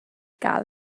gael